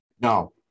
No